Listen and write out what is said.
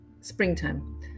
springtime